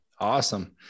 awesome